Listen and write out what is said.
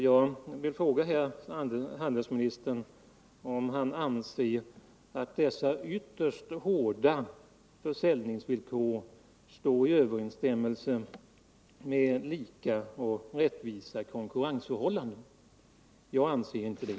Jag vill fråga herr handelsministern om han anser att dessa ytterst hårda försäljningsvillkor står i överensstämmelse med kravet på lika och rättvisa konkurrensförhållanden. Jag anser inte det.